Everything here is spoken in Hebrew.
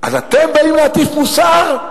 אז אתם באים להטיף מוסר?